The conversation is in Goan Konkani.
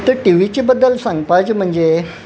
तर टीव्हीचे बद्दल सांगपाचें म्हणजे